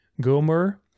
Gomer